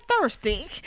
thirsty